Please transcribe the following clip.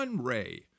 Ray